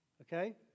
okay